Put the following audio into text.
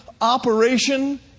operation